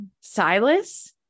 Silas